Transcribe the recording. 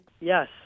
Yes